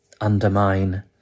undermine